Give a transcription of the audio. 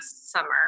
summer